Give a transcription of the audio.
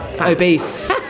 obese